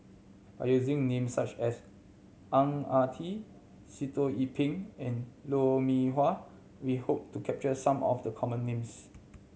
by using names such as Ang Ah Tee Sitoh Yih Pin and Lou Mee Wah we hope to capture some of the common names